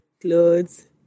clothes